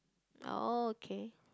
oh K